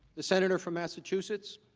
the senator from massachusetts